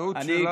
טעות שלנו.